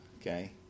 okay